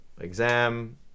exam